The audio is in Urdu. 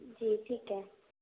جی ٹھیک ہے